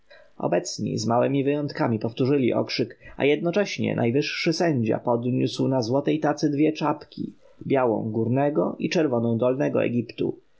obecni z małemi wyjątkami powtórzyli okrzyk a jednocześnie najwyższy sędzia przyniósł na złotej tacy dwie czapki białą górnego i czerwoną dolnego egiptu